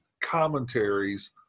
commentaries